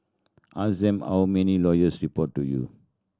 ask them how many lawyers report to you